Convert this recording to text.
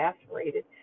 exasperated